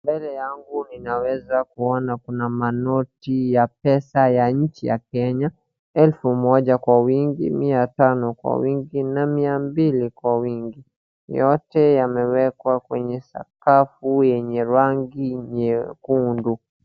Mbele yangu ninaweza kuona kuna manoti ya pesa ya nchi ya Kenya, elfu moja kwa wingi, mia tano kwa wingi, na mia mbili kwa wingi, zimewekwa kwenye sakafu yenye rangi nyekundu.